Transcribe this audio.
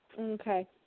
Okay